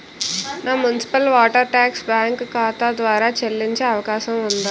నా municipal water tax bank ఖాతా ద్వారా చెల్లించే అవకాశం ఉందా?